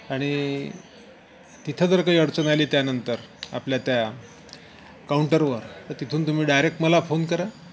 आणि तिथं जर काही अडचण आली त्यानंतर आपल्या त्या काउंटरवर तर तिथून तुम्ही डायरेक मला फोन करा